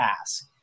ask